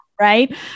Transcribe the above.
right